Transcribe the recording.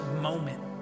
moment